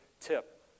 tip